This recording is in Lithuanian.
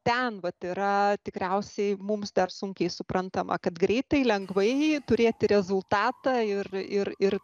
ten vat yra tikriausiai mums dar sunkiai suprantama kad greitai lengvai turėti rezultatą ir ir ir